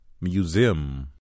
museum